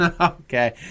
Okay